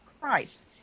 Christ